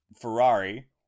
Ferrari